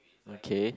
okay